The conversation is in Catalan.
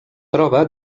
troba